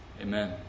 Amen